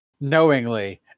knowingly